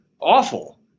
awful